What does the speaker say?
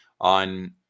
on